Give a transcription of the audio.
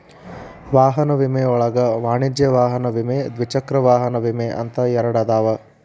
ವಾಹನ ವಿಮೆ ಒಳಗ ವಾಣಿಜ್ಯ ವಾಹನ ವಿಮೆ ದ್ವಿಚಕ್ರ ವಾಹನ ವಿಮೆ ಅಂತ ಎರಡದಾವ